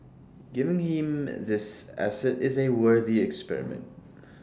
giving him these assets is A worthy experiment